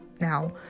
now